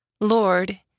Lord